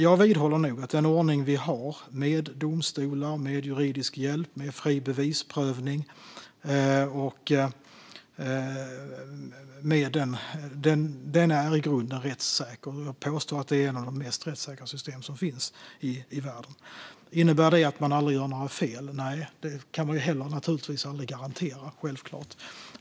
Jag vidhåller nog att den ordning vi har med domstolar, med juridisk hjälp och med fri bevisprövning i grunden är rättssäker. Jag vill påstå att det är ett av de mest rättssäkra system som finns i världen. Innebär det att det aldrig görs några fel? Nej, det går självklart aldrig att garantera.